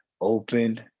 open